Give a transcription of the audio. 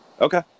okay